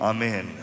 Amen